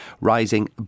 rising